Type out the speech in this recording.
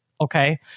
okay